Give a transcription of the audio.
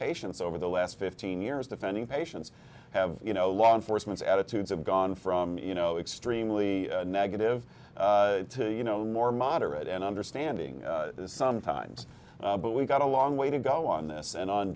patients over the last fifteen years defending patients have you know law enforcement's attitudes have gone from you know extremely negative to you know more moderate and understanding sometimes but we've got a long way to go on this and on